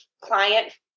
client